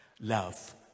Love